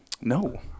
no